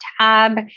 tab